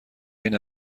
این